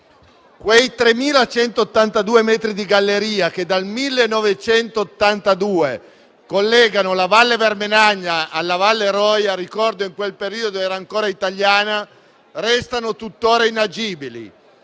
Quei 3.182 metri di galleria, che dal 1882 collegano la Valle Vermenagna alla Valle Roya (che in quel periodo, lo ricordo, era ancora italiana), restano tuttora inagibili.